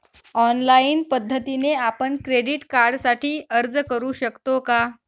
Online पद्धतीने आपण credit कार्डसाठी अर्ज करु शकतो का?